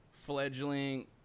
fledgling